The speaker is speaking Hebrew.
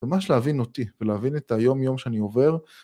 ממש להבין אותי ולהבין את היום-יום שאני עובר.